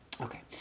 Okay